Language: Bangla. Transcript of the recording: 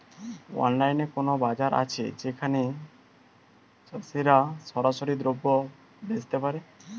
অনলাইনে কোনো বাজার আছে যেখানে চাষিরা সরাসরি দ্রব্য বেচতে পারে?